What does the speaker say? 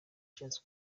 ashatse